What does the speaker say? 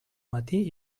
matí